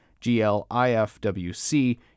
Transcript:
GLIFWC